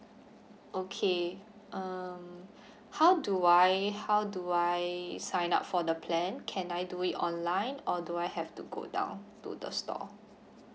okay um how do I how do I sign up for the plan can I do it online or do I have to go down to the store